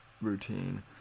routine